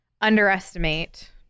underestimate